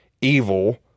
evil